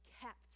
kept